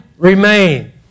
remain